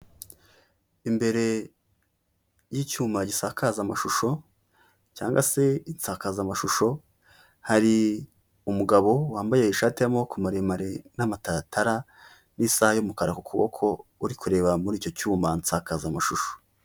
Imbere y'icyuma gisakaza amashusho cyangwa se insakazamashusho, hari umugabo wambaye ishati y'amaboko maremare n'amataratara n'isaha y'umukara ku kuboko uri kureba muri icyo cyuma nsakazamashusho.